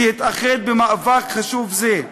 להתאחד במאבק חשוב זה.